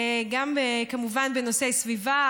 גם כמובן בנושאי סביבה,